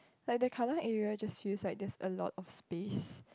like the Kallang area just feels like there's a lot of space